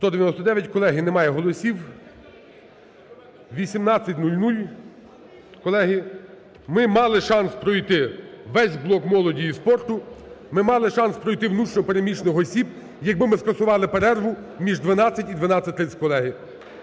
За-199 Колеги, немає голосів. 18.00, колеги. Ми мали шанс пройти весь блок молоді і спорту, ми мали шанс пройти внутрішньо переміщених осіб, якби ми скасували перерву між 12 і 12.30, колеги.